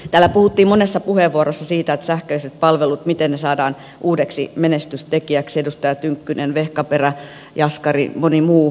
täällä puhuttiin monessa puheenvuorossa siitä miten sähköiset palvelut saadaan uudeksi menestystekijäksi edustaja tynkkynen vehkaperä jaskari ja moni muu